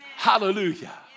Hallelujah